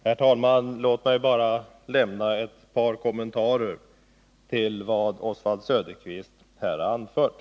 Herr talman! Låt mig bara lämna några kommentarer till vad Oswald Söderqvist här har anfört.